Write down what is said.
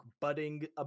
budding